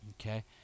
Okay